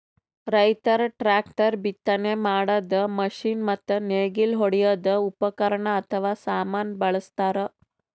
ರೈತರ್ ಟ್ರ್ಯಾಕ್ಟರ್, ಬಿತ್ತನೆ ಮಾಡದ್ದ್ ಮಷಿನ್ ಮತ್ತ್ ನೇಗಿಲ್ ಹೊಡ್ಯದ್ ಉಪಕರಣ್ ಅಥವಾ ಸಾಮಾನ್ ಬಳಸ್ತಾರ್